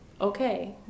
okay